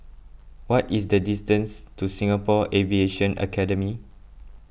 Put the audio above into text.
what is the distance to Singapore Aviation Academy